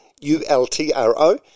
U-L-T-R-O